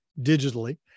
digitally